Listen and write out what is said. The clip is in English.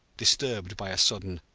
disturbed by a sudden,